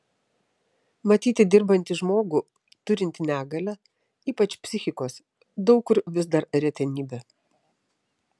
matyti dirbantį žmogų turintį negalią ypač psichikos daug kur vis dar retenybė